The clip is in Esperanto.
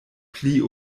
pli